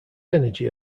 energy